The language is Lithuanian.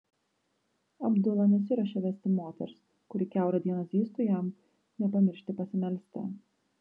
abdula nesiruošė vesti moters kuri kiaurą dieną zyztų jam nepamiršti pasimelsti